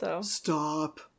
Stop